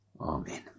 Amen